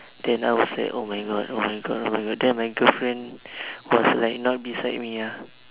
then I was saying oh my God oh my God oh my God then my girlfriend was like not beside me ah